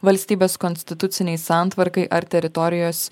valstybės konstitucinei santvarkai ar teritorijos